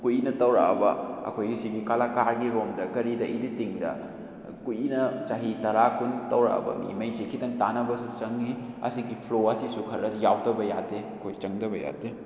ꯀꯨꯏꯅ ꯇꯧꯔꯛꯑꯕ ꯑꯩꯈꯣꯏꯒꯤ ꯁꯤꯒꯤ ꯀꯂꯥꯀꯥꯔꯒꯤ ꯔꯣꯝꯗ ꯀꯔꯤꯗ ꯏꯗꯤꯇꯤꯡꯗ ꯀꯨꯏꯅ ꯆꯍꯤ ꯇꯔꯥ ꯀꯨꯟ ꯇꯧꯔꯛꯂꯕ ꯃꯤ ꯃꯈꯩꯁꯤꯡ ꯈꯤꯇꯪ ꯇꯥꯟꯅꯕꯁꯨ ꯆꯪꯏ ꯑꯁꯤꯒꯤ ꯐ꯭ꯂꯣ ꯑꯁꯤꯁꯨ ꯈꯔ ꯌꯥꯎꯗꯕ ꯌꯥꯗꯦ ꯑꯩꯈꯣꯏ ꯆꯪꯗꯕ ꯌꯥꯗꯦ